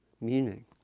meaning